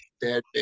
dead